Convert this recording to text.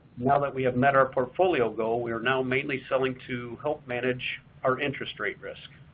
now that we have met our portfolio goal, we are now mainly selling to help manage our interest rate risk.